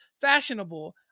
fashionable